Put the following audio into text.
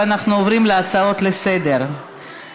ואנחנו עוברים להצעות לסדר-היום.